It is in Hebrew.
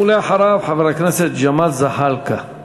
ואחריו, חבר הכנסת ג'מאל זחאלקה.